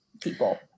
people